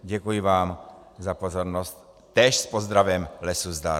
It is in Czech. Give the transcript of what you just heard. Děkuji vám za pozornost, též s pozdravem lesu zdar.